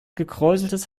gekräuseltes